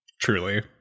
Truly